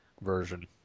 version